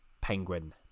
penguin